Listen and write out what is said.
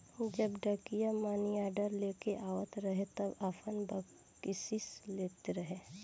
जब डाकिया मानीऑर्डर लेके आवत रहे तब आपन बकसीस लेत रहे